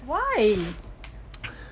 why